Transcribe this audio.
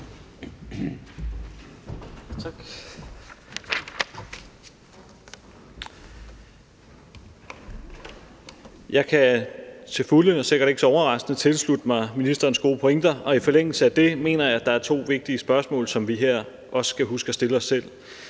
Jeg kan til fulde og sikkert ikke så overraskende tilslutte mig ministerens gode pointer, og i forlængelse af det mener jeg, at der er to vigtige spørgsmål, som vi her også skal huske at stille os selv.